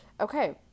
Okay